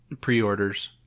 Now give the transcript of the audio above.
pre-orders